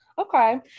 Okay